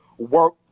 work